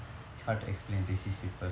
it's hard to explain racist people